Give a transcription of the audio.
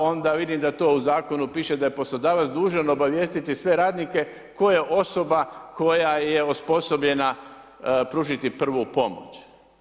Onda vidim da to u zakonu piše da je poslodavac dužan obavijestiti sve radnike koje osoba koja je osposobljena pružiti prvu pomoć.